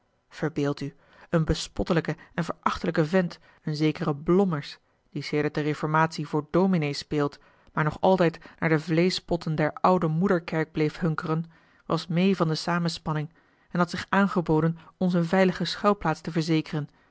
verbeeld u een bespottelijke en verachtelijke vent een zekere blommers die sedert de reformatie voor dominé speelt maar nog altijd naar de vleeschpotten der oude moederkerk bleef hunkeren was meê van de samenspanning en had zich aangeboden ons eene veilige schuilplaats te verzekeren